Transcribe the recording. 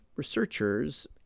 researchers